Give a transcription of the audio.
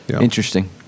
Interesting